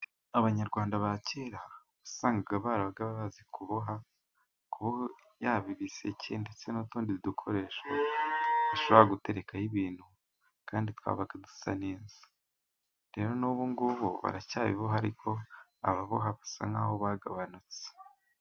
Abanyarwanda ba kera wasangaga bazi kuboha ibiseke, ndetse n'utundi dukoresho dushobora guterekwaho ibintu. Kandi twabaga dusa neza m'unzu rero n'ubu ngubu baracyabiboha ariko ababoha basa nka bagabanutse.